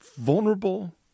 vulnerable